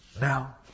Now